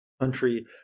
country